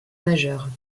majeures